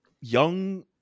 young